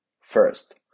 First